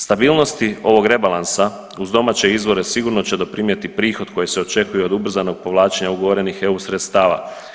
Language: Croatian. Stabilnosti ovoga rebalansa uz domaće izvore sigurno će doprinijeti prihod koji se očekuje od ubrzanog povlačenja ugovorenih EU sredstava.